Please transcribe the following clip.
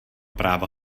práva